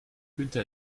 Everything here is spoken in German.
günther